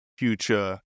future